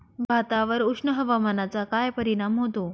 भातावर उष्ण हवामानाचा काय परिणाम होतो?